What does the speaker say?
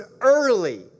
early